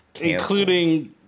including